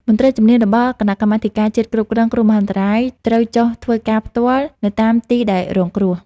មន្ត្រីជំនាញរបស់គណៈកម្មាធិការជាតិគ្រប់គ្រងគ្រោះមហន្តរាយត្រូវចុះធ្វើការផ្ទាល់នៅតាមទីដែលរងគ្រោះ។